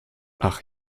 ach